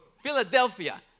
Philadelphia